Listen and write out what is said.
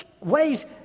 ways